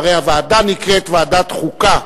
שהרי הוועדה נקראת ועדת החוקה,